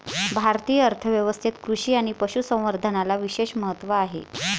भारतीय अर्थ व्यवस्थेत कृषी आणि पशु संवर्धनाला विशेष महत्त्व आहे